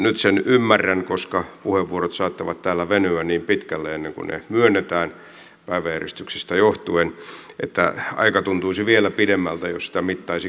nyt sen ymmärrän koska odottaminen saattaa täällä venyä niin pitkälle ennen kuin puheenvuoro myönnetään päiväjärjestyksestä johtuen että aika tuntuisi vielä pidemmältä jos sitä mittaisi kellon kautta